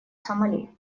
сомали